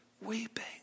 weeping